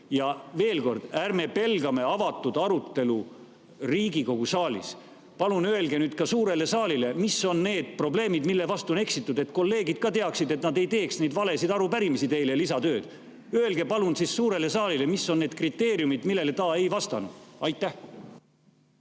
Ja veel kord, ärme pelgame avatud arutelu Riigikogu saalis. Palun öelge nüüd ka suurele saalile, mis on need probleemid, mille vastu on eksitud, et kolleegid teaksid ja ei teeks valesid arupärimisi, teile lisatööd. Öelge palun suurele saalile, mis on need kriteeriumid, millele see ei vastanud. Aitäh!